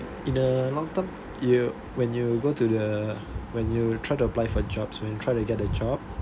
in the long term you when you go to the when you try to apply for jobs when you try to get a job